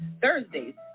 Thursdays